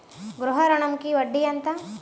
గృహ ఋణంకి వడ్డీ ఎంత?